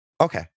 okay